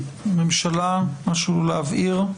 הממשלה, משהו להבהיר?